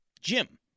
Jim